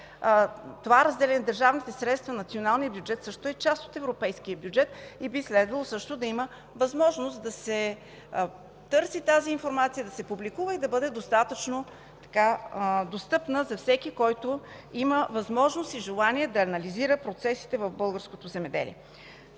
Това е разделяне. Държавните средства, националният бюджет също е част от европейския бюджет и би следвало също да има възможност да се търси тази информация, да се публикува и да бъде достатъчно достъпна за всеки, който има възможност и желание да анализира процесите в българското земеделие.